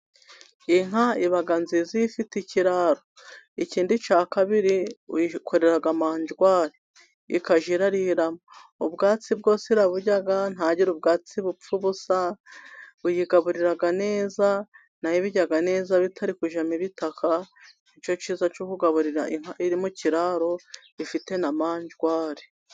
Iyi n'inka iba nziza iyo ifite ikiraro, ikindi cya kabiri uyikorera manjwari ikajya irariramo ubwatsi, bwose iraburya ntihagire ubwatsi bupfa ubusa. Uyigaburira neza nayo ibirya neza bitari kujya bitakara. Icyco nicyo cyiza cyo kugaburira inka iri mu kiraro gifite manjwari.